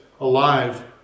alive